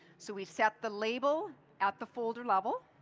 so we set the label at the folder lev el.